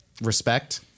respect